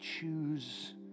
choose